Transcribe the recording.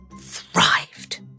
thrived